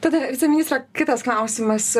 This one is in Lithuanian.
tada viceministre kitas klausimas